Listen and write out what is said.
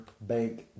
bank